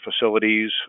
facilities